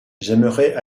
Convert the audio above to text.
j’aimerais